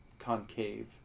Concave